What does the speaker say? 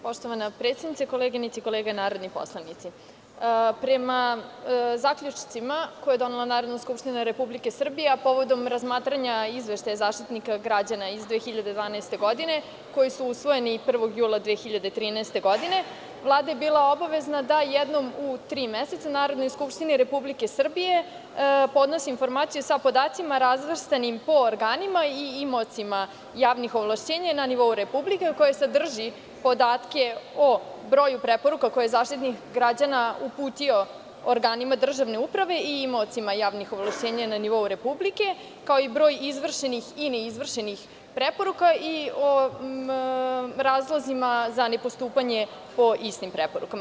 Poštovana predsednice, koleginice i kolege narodni poslanici, prema zaključcima koje je donela Narodna skupština Republike Srbije, a povodom razmatranja izveštaja Zaštitnika građana iz 2012. godine, koji su usvojeni 1. jula 2013. godine, Vlada je bila obavezna da jednom u tri meseca Narodnoj skupštini Republike Srbije podnose informacije sa podacima razvrstanim po organima i imaocima javnih ovlašćenja na nivou Republike, a koje sadrže podatke o broju preporuka koje je Zaštitnik građana uputio organima državne uprave i imaocima javnih ovlašćenja na nivou Republike, kao i broj izvršenih i ne izvršenih preporuka i o razlozima za ne postupanje po istim preporukama.